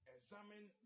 Examine